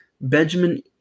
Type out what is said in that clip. Benjamin